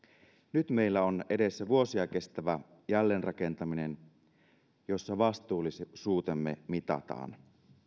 nyt meillä on edessä vuosia kestävä jälleenrakentaminen jossa vastuullisuutemme mitataan